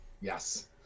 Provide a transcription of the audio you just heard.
yes